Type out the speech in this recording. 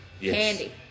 Candy